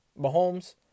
Mahomes